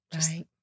Right